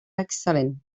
excel·lent